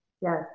Yes